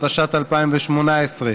התשע"ט 2018,